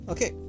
Okay